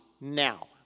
now